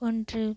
ஒன்று